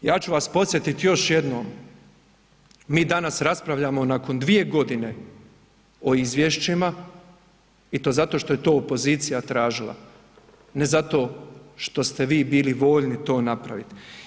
Ja ću vas podsjetiti još jednom, mi danas raspravljamo nakon dvije godine o izvješćima i to zato što je to opozicija tražila, ne zato što ste vi bili voljni to napraviti.